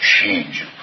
Change